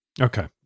Okay